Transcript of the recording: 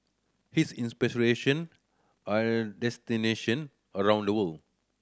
his are destination around the world